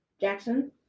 Jackson